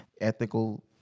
ethical